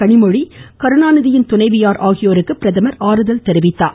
கனிமொழி கருணாநிதியின் துணைவியார் ஆகியோருக்கு பிரதமர் ஆறுதல் கூறினார்